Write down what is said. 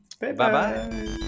Bye-bye